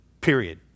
period